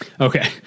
Okay